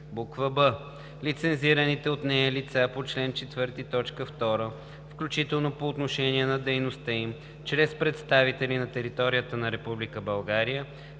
б) лицензираните от нея лица по чл. 4, т. 2, включително по отношение на дейността им чрез представители на територията на Република